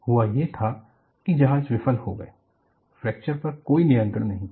हुआ ये था कि जहाज विफल हो गए फ्रैक्चर पर कोई नियंत्रण नहीं था